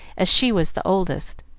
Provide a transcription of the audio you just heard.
as she was the oldest.